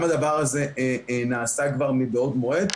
גם הדבר הזה נעשה כבר מבעוד מועד,